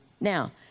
Now